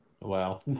Wow